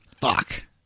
Fuck